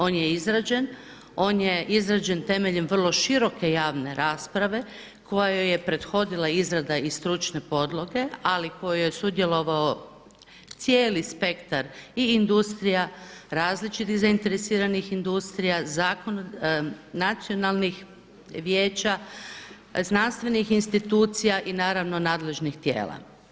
On je izrađen, on je izrađen temeljem vrlo široke javne rasprave kojoj je prethodila i izrada i stručne podloge, ali u kojoj je sudjelovao cijeli spektar i industrija, različitih zainteresiranih industrija, nacionalnih vijeća, znanstvenih institucija i naravno nadležnih tijela.